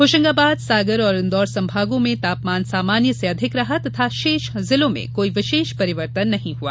होशंगाबाद सागर और इंदौर संभागों में तापमान सामान्य से अधिक रहा तथा शेष जिलों में कोई विशेष परिवर्तन नहीं हुआ